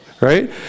right